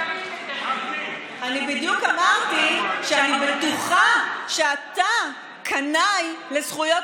אני בדיוק אמרתי שאני בטוחה שאתה קנאי לזכויות